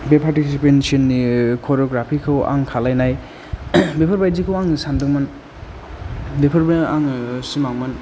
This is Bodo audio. बे पार्टिसिपेटसन नि करिय'ग्राफि खौ आं खालायनाय बेफोरबायदिखौ आं सानदोंमोन बेफोरबो आङो सिमांमोन